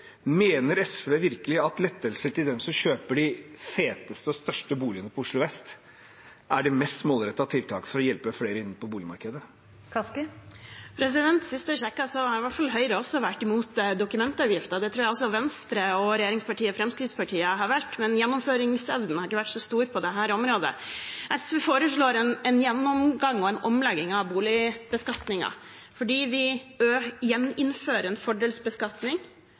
Mener SV virkelig at lettelser til dem som kjøper de feteste og største boligene på Oslo vest, er det mest målrettede tiltaket for å hjelpe flere inn på boligmarkedet? Sist jeg sjekket, var i hvert fall Høyre også imot dokumentavgiften. Det tror jeg også Venstre og Fremskrittspartiet har vært, men gjennomføringsevnen har ikke vært så stor på dette området. SV foreslår en gjennomgang og en omlegging av boligbeskatningen. Fordi vi gjeninnfører en fordelsbeskatning,